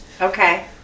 Okay